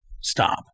stop